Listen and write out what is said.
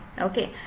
okay